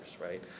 right